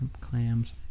clams